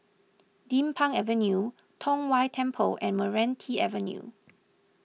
Din Pang Avenue Tong Whye Temple and Meranti Avenue